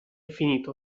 finito